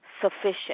sufficient